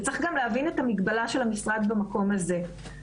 וצריך להבין גם את המגבלה של המשרד במקום הזה.